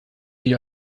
sich